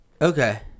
Okay